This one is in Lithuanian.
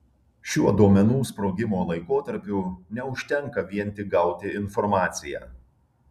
šiuo duomenų sprogimo laikotarpiu neužtenka vien tik gauti informaciją